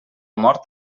mort